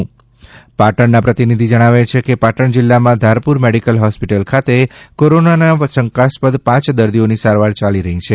અમારા પાટણના પ્રતિનિધિ જણાવે છે કે પાટણ જિલ્લામાં ધારપુર મેડીકલ હોસ્પિટલ ખાતે કોરોનાના શંકાસ્પદ પાંચ દર્દીઓની સારવાર ચાલી રહી છે